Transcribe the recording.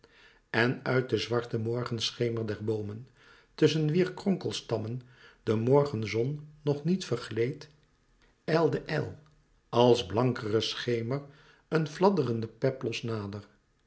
en uit den zwarten morgenschemer der boomen tusschen wier kronkelstammen de morgenzon nog niet vergleed ijlde ijl als blankere schemer een fladderende peplos nader